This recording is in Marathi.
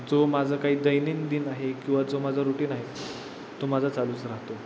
जो माझं काही दैनंदिन आहे किंवा जो माझा रुटीन आहे तो माझा चालूच राहतो